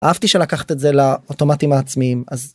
אהבתי שלקחת את זה לאוטומטים העצמיים אז.